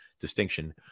distinction